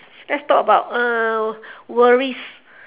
let's talk about uh worries